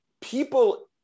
People